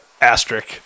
asterisk